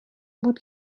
بود